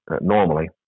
normally